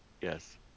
yes